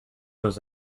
was